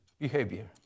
behavior